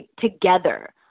together